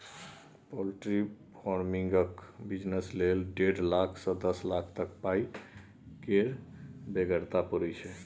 poultry फार्मिंगक business लेल डेढ़ लाख सँ दस लाख तक पाइ केर बेगरता परय छै